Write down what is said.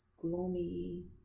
gloomy